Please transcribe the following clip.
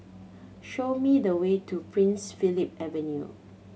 show me the way to Prince Philip Avenue